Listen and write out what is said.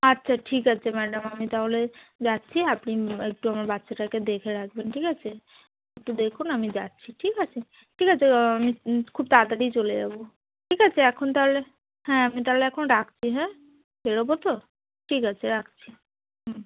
আচ্ছা ঠিক আছে ম্যাডাম আমি তাহলে যাচ্ছি আপনি একটু আমার বাচ্চাটাকে দেখে রাখবেন ঠিক আছে একটু দেখুন আমি যাচ্ছি ঠিক আছে ঠিক আছে আমি খুব তাড়াতাড়িই চলে যাবো ঠিক আছে এখন তাহলে হ্যাঁ আমি তাহলে এখন রাখছি হ্যাঁ বেরোবো তো ঠিক আছে রাখছি হুম